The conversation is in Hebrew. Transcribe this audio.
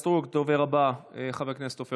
תודה רבה לחברת הכנסת אורית מלכה סטרוק.